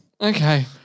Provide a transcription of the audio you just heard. Okay